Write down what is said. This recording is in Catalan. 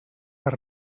per